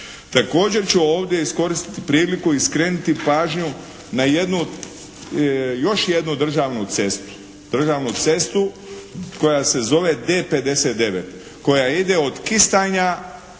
Također ću ovdje iskoristiti priliku i skrenuti pažnju na jednu od, još jednu državnu cestu. Državnu cestu koja se zove D59 koja ide od Kistanja